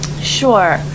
Sure